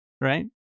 right